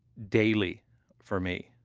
daily for me.